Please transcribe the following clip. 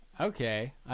Okay